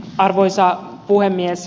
arvoisa puhemies